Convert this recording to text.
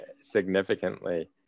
significantly